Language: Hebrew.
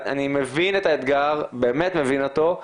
אנני מכין את האתגר, באמת מבין אותו.